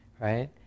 right